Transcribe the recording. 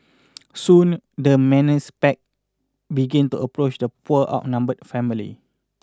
soon the menace pack begin to approach the poor outnumbered family